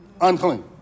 unclean